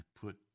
put